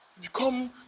become